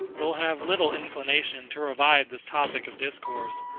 will have little inclination to revive this topic of discourse,